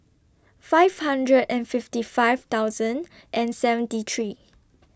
five hundred and fifty five thousand and seventy three